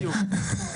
בדיוק.